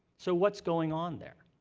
so, what's going on there?